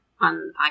on